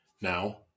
now